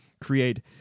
create